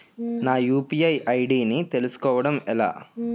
నా UPI ID ని తెలుసుకోవడం ఎలా?